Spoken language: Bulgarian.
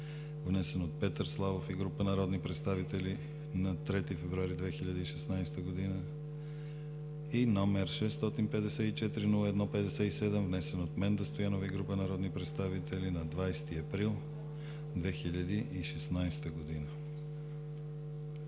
внесен от Петър Славов и група народни представители на 3 февруари 2016 г.; и № 654-01-57, внесен от Менда Стоянова и група народни представители на 20 април 2016 г.,